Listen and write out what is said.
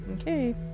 Okay